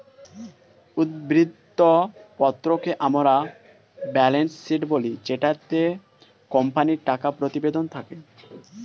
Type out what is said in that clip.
উদ্ধৃত্ত পত্রকে আমরা ব্যালেন্স শীট বলি জেটাতে কোম্পানির টাকা প্রতিবেদন থাকে